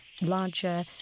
larger